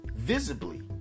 Visibly